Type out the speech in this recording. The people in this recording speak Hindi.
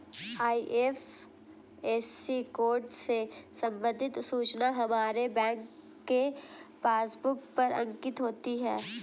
आई.एफ.एस.सी कोड से संबंधित सूचना हमारे बैंक के पासबुक पर अंकित होती है